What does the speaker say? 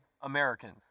Americans